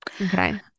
Okay